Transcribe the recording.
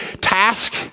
task